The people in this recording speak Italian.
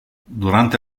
durante